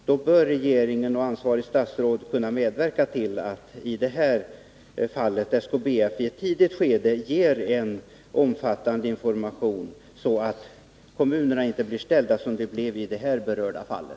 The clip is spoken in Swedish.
Då bör regeringen och ansvarigt statsråd kunna medverka till att SKBF i ett tidigt skede ger erforderlig information, så att kommunerna inte blir ställda, vilket inträffade i det här aktuella fallet.